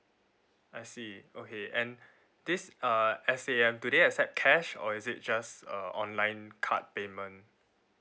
I see okay and this uh S_A_M do they accept cash or is it just uh online card payment